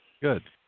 Good